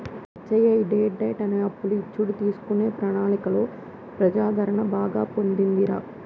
లచ్చయ్య ఈ debt diet అనే అప్పులు ఇచ్చుడు తీసుకునే ప్రణాళికలో ప్రజాదరణ బాగా పొందిందిరా